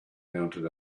mounted